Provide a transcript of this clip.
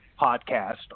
podcast